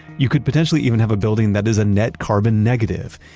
you could potentially even have a building that is a net carbon negative.